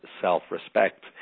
self-respect